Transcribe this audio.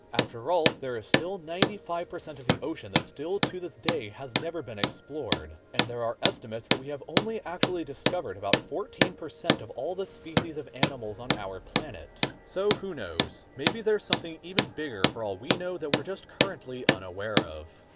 after all there is still ninety five percent of the ocean that still to this day has never been explored, and there are estimates that we have only actually discovered about fourteen percent of all the species of animals on our planet. so who knows, maybe there's something even bigger for all we know that we're just currently unaware of.